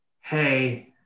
hey